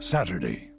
Saturday